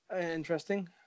Interesting